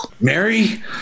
Mary